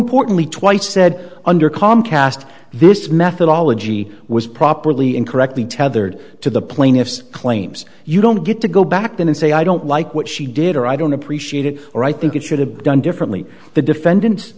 importantly twice said under comcast this methodology was properly incorrectly tethered to the plaintiff's claims you don't get to go back in and say i don't like what she did or i don't appreciate it or i think it should have done differently the defendant